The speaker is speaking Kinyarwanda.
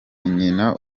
nyina